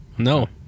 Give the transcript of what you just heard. No